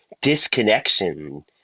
disconnection